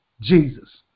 Jesus